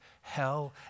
hell